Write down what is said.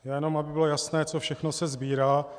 Já jenom aby bylo jasné, co všechno se sbírá.